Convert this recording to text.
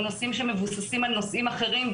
או נושאים שמבוססים על נושאים אחרים,